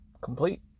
complete